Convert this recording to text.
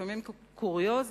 לפעמים כקוריוז,